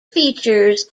features